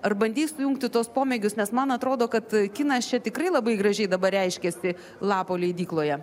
ar bandei sujungti tuos pomėgius nes man atrodo kad kinas čia tikrai labai gražiai dabar reiškiasi lapo leidykloje